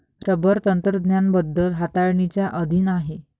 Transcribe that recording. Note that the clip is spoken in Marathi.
रबर तंत्रज्ञान बदल हाताळणीच्या अधीन आहे